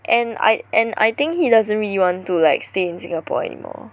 and I and I think he doesn't really want to like stay in Singapore anymore